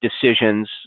decisions